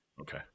Okay